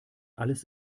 alles